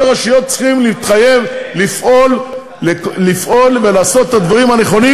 ראשי רשויות צריכים להתחייב לפעול ולעשות את הדברים הנכונים,